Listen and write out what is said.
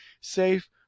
safe